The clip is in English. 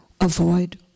avoid